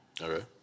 Okay